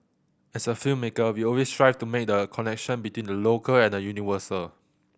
as a filmmaker we always strive to make the connection between the local and the universal